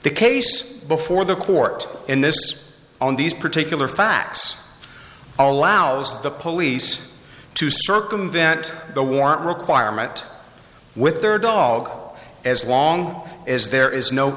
the case before the court in this on these particular facts allows the police to circumvent the warrant requirement with their dog as long as there is no